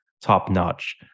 top-notch